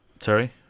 Sorry